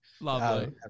Lovely